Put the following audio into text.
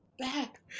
back